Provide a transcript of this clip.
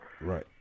Right